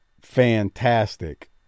Fantastic